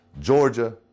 Georgia